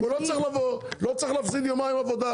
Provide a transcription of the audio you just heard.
הוא לא צריך לבוא ולא צריך להפסיד יומיים עבודה.